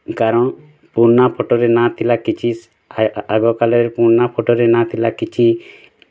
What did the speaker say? କାରଣ ପୁରୁଣା ଫଟୋରେ ନା ଥିଲା କିଛି ଆଗକାଳରେ ପୁରୁଣା ଫଟୋରେ ନା ଥିଲା କିଛି